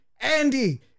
Andy